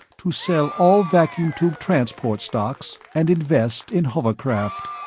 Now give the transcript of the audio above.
to sell all vacuum tube transport stocks, and invest in hovercraft.